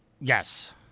Yes